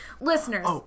Listeners